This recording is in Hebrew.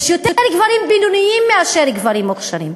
יש יותר גברים בינוניים מגברים מוכשרים,